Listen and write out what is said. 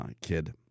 kid